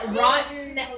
rotten